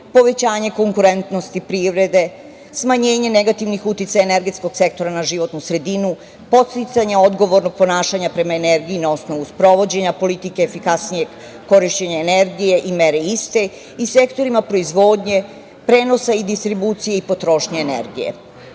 povećanje konkurentnosti privrede, smanjenje negativnih uticaja energetskog sektora na životnu sredinu, podsticanje odgovornog ponašanja prema energiji na osnovu sprovođenja politike efikasnijeg korišćenja energije i mere iste, i sektorima proizvodnje, prenosa distribucije i potrošnje energije. Da